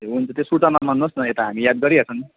ए हुन्छ त्यो सुर्ता नमान्नुहोस् न यता हामी याद गरिहाल्छौँ नि